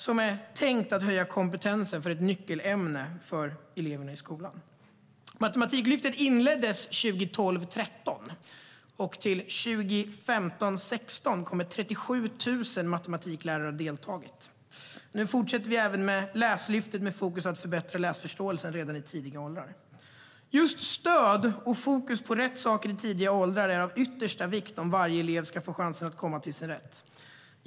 Det är tänkt att höja kompetensen för ett nyckelämne för eleverna i skolan. Matematiklyftet inleddes 2012-2013. Till 2015-2016 kommer 37 000 matematiklärare att ha deltagit. Nu fortsätter vi även med Läslyftet, med fokus på att förbättra läsförståelsen redan i lägre åldrar. Just stöd och fokus på rätt saker i lägre åldrar är av yttersta vikt om varje elev ska få chansen att komma till sin rätt.